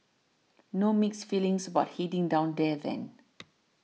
no mixed feelings about heading down there then